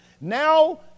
Now